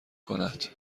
کند